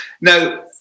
now